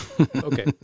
Okay